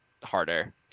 harder